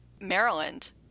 Maryland